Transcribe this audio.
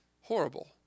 Horrible